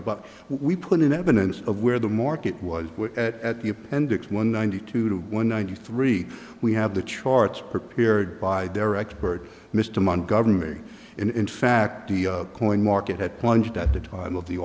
but we put in evidence of where the market was at the appendix one ninety two to one ninety three we have the charts prepared by their expert mr amman governing in fact the point market had plunged at the time of the